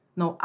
no